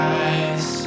eyes